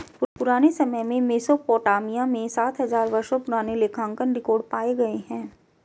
पुराने समय में मेसोपोटामिया में सात हजार वर्षों पुराने लेखांकन रिकॉर्ड पाए गए हैं